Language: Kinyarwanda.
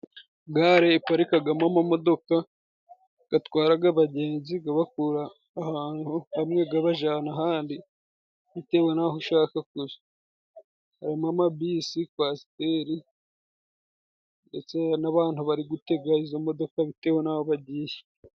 Gare iparikagamo amamodoka gatwaraga abagenzi. Gabakura ahantu hamwe gabajana ahandi, bitewe n'aho ushaka kuja. Harimo ama bisi kowasiteri, ndetse n'abantu bari gutega izo modoka bitewe n'aho bagiye.